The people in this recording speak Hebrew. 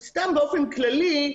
סתם באופן כללי,